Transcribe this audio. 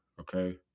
Okay